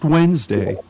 Wednesday